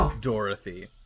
Dorothy